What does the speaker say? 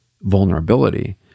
vulnerability